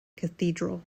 cathedral